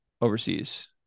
overseas